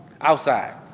Outside